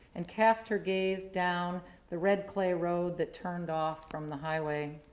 and cast her gaze down the red clay road that turned off from the highway.